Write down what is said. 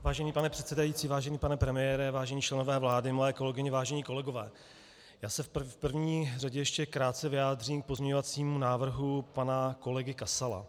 Vážený pane předsedající, vážený pane premiére, vážení členové vlády, milé kolegyně, vážení kolegové, já se v první řadě ještě krátce vyjádřím k pozměňovacímu návrhu pana kolegy Kasala.